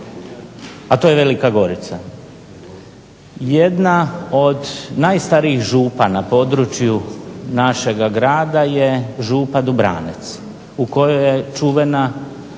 a to je Velika Gorica. Jedna od najstarijih župa na području našega grada je župa Dubranec u kojoj je čuvena